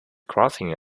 crossing